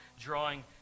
drawing